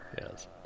Yes